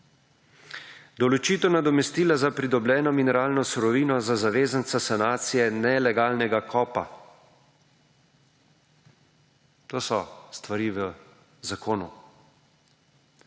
Določitev nadomestila za pridobljeno mineralno surovino za zavezanca sanacije nelegalnega kopa. To so stvari v zakonu.